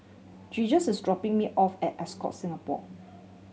Jesus is dropping me off at Ascott Singapore